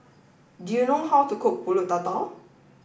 do you know how to cook Pulut Tatal